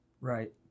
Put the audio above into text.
Right